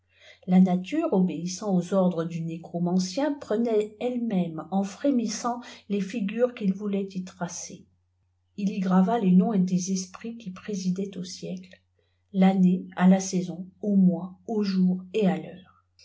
la nature obéissant au ordres iu nécromancien prenait elle-même en frémissant les figures qu'il voulait y tracer il y grava les noms des esprits qui présidaient au siècle tannée à la saison au mois au iour et à l'heure